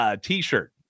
t-shirt